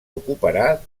ocuparà